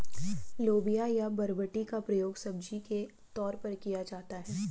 लोबिया या बरबटी का प्रयोग सब्जी के तौर पर किया जाता है